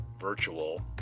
virtual